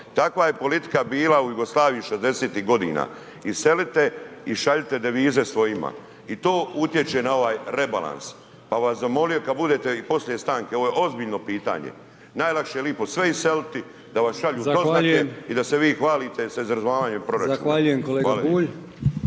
takva je politika bila u Jugoslaviji '60.-tih godina, iselite i šaljite devize svojima i to utječe na ovaj rebalans, pa bi vas zamolio kad budete i poslije stanke, ovo je ozbiljno pitanje, najlakše je lipo sve iseliti da vam šalju …/Upadica: Zahvaljujem/…doznake i da se vi hvalite s izravnavanjem proračuna